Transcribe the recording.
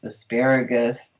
asparagus